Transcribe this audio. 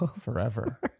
Forever